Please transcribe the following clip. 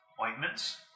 ointments